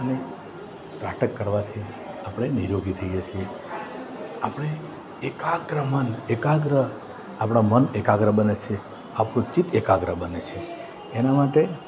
અને ત્રાટક કરવાથી આપણે નિરોગી થઈએ છીએ આપણે એકાગ્રમન એકાગ્ર આપણા મન એકાગ્ર બને છે આપણું ચિત્ત એકાગ્ર બને છે એના માટે